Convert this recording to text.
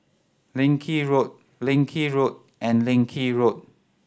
Leng Kee Road Leng Kee Road and Leng Kee Road